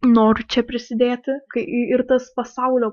noriu čia prisidėti kai ir tas pasaulio